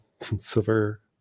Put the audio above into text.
silver